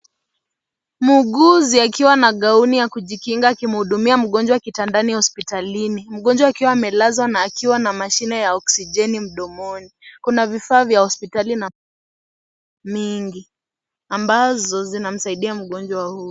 Muuguzi akiwa na gauni ya kujikinga akihudumia mgonjwa kitandani hospitalini. Mgonjwa akiwa amelazwa na akiwa na mashine ya Oksijeni mdomoni. Kuna vifaa vya hospitali mingi ambayo yanasaidia mgonjwa huyu.